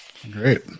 Great